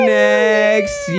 next